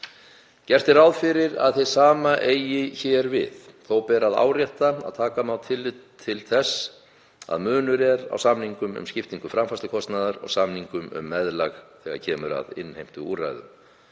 Gert er ráð fyrir að hið sama eigi hér við. Þó ber að árétta að taka má tillit til þess að munur er á samningum um skiptingu framfærslukostnaðar og samningum um meðlag þegar kemur að innheimtuúrræðum.